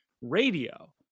radio